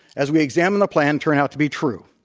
as we examine the plan, turn out to be true.